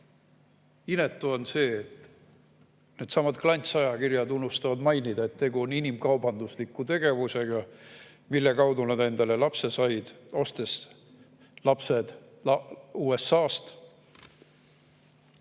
inetu on see, et needsamad klantsajakirjad unustavad mainida, et tegemist on inimkaubandusliku tegevusega, mille kaudu nad endale lapsed said